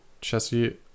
chassis